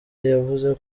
yavuze